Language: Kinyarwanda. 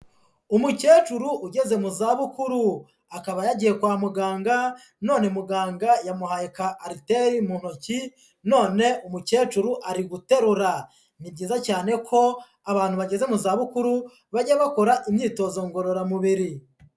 Umukecuru ugeze mu zabukuru, akaba yagiye kwa muganga none muganga yamuhaye ka ariteri mu ntoki none umukecuru ari guterura, ni byiza cyane ko abantu bageze mu zabukuru bajya bakora imyitozo ngororamubiri.